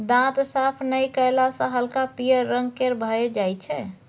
दांत साफ नहि कएला सँ हल्का पीयर रंग केर भए जाइ छै